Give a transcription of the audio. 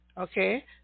Okay